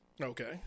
Okay